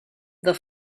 the